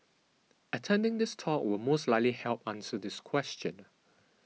attending this talk will most likely help answer this question